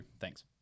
Thanks